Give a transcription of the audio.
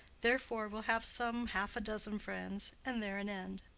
therefore we'll have some half a dozen friends, and there an end.